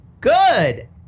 Good